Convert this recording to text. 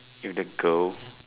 if the girl